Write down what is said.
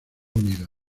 unidos